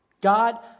God